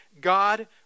God